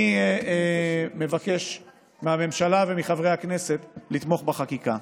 אני מבקש מהממשלה ומחברי הכנסת לתמוך בחקיקה.